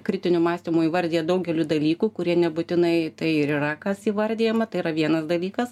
kritiniu mąstymu įvardija daugeliu dalykų kurie nebūtinai tai ir yra kas įvardijama tai yra vienas dalykas